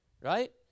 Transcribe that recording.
right